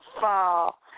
fall